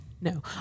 No